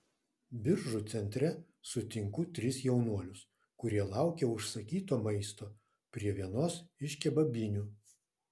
biržų centre sutinku tris jaunuolius kurie laukia užsakyto maisto prie vienos iš kebabinių